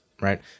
Right